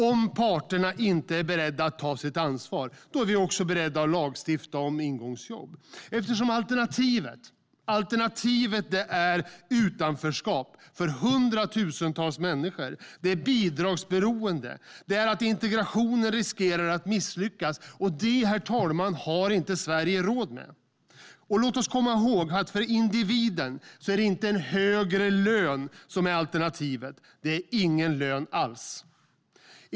Om parterna inte är beredda att ta sitt ansvar är vi beredda att lagstifta om ingångsjobb, eftersom alternativet är utanförskap för hundratusentals människor, bidragsberoende och att integrationen riskerar att misslyckas. Det har, herr talman, Sverige inte råd med. Låt oss komma ihåg att för individen är det inte en högre lön som är alternativet, utan det är ingen lön alls.